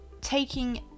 taking